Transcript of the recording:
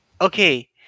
Okay